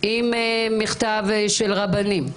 עם מכתב של רבנים,